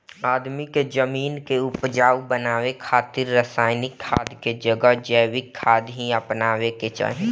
आदमी के जमीन के उपजाऊ बनावे खातिर रासायनिक खाद के जगह जैविक खाद ही अपनावे के चाही